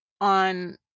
on